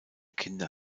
kinder